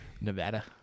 Nevada